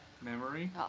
Memory